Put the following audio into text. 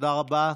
תודה רבה.